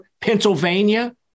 Pennsylvania